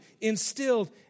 instilled